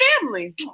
family